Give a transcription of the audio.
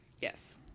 Yes